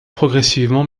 progressivement